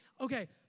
okay